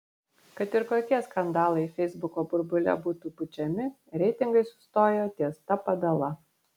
kad ir kokie skandalai feisbuko burbule būtų pučiami reitingai sustojo ties ta padala